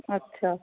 अच्छा